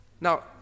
Now